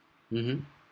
mmhmm